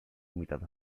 humitat